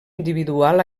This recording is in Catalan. individual